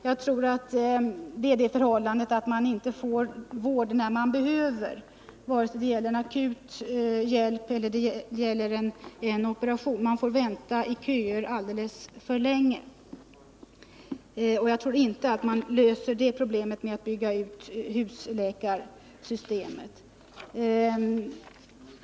Jag tror att det i stället är det förhållandet att man inte får den vård man behöver, vare sig det gäller akut hjälp eller en operation — man får vänta i köer alldeles för länge. Det problemet tror jag inte att man löser genom att bygga ut husläkarsystemet.